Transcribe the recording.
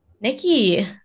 Nikki